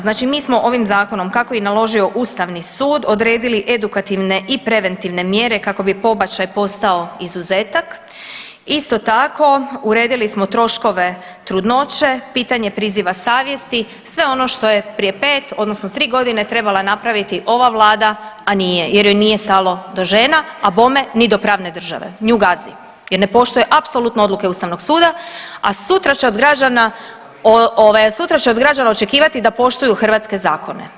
Znači mi smo ovim zakonom kako je i naložio ustavni sud odredili edukativne i preventivne mjere kako bi pobačaj postao izuzetak, isto tako uredili smo troškove trudnoće, pitanje priziva savjesti, sve ono što je prije 5 odnosno 3.g. trebala napraviti ova vlada, a nije jer joj nije stalo do žena, a bome ni do pravne države, nju gazi jer ne poštuje apsolutno odluke ustavnog suda, a sutra će od građana, ovaj sutra će od građana očekivati da poštuju hrvatske zakone.